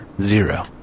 Zero